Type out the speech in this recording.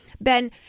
Ben